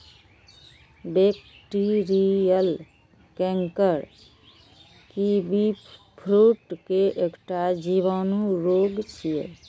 bacterial canker kiwifruit के एकटा जीवाणु रोग छियै